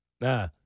Nah